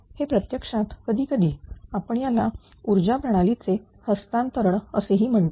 हे प्रत्यक्षात कधी कधी आपण याला ऊर्जा प्रणालीचे हस्तांतरण कार्य म्हणतो